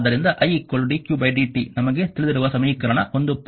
ಆದ್ದರಿಂದ i dq dt ನಮಗೆ ತಿಳಿದಿರುವ ಸಮೀಕರಣ 1